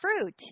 fruit